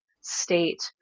state